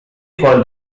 called